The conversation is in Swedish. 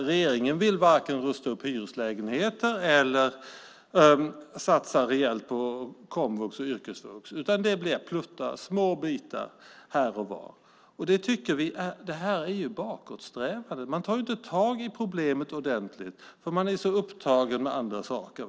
Regeringen vill varken rusta upp hyreslägenheter eller satsa rejält på komvux och yrkesvux, utan det blir pluttar, små bitar här och var. Detta är bakåtsträvande. Man tar inte tag i problemet ordentligt för att man verkar vara så upptagen med andra saker.